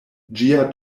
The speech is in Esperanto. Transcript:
ĝia